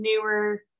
newer